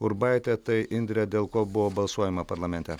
urbaitė tai indre dėl ko buvo balsuojama parlamente